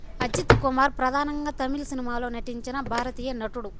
అజిత్ కుమార్ ప్రధానంగా తమిళ సినిమాలో నటించిన భారతీయ నటుడు